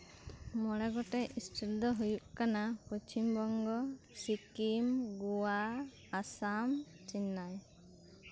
ᱢᱚᱬᱮ ᱜᱚᱴᱮᱱ ᱥᱴᱮᱴ ᱫᱚ ᱦᱳᱭᱳᱜ ᱠᱟᱱᱟ ᱯᱚᱥᱪᱷᱤᱢᱵᱚᱝᱜᱚ ᱥᱤᱠᱤᱢ ᱜᱳᱣᱟ ᱟᱥᱟᱢ ᱪᱮᱱᱱᱟᱭ